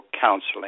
counseling